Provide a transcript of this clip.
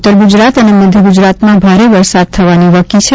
ઉત્તર ગુજરાત અને મધ્ય ગુજરાતમાં ભારે વરસાદ થવાની વકી છે